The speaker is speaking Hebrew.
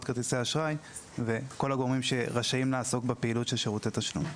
כרטיסי אשראי וכל הגורמים שרשאים לעסוק בפעילות של שירותי תשלום.